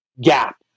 gap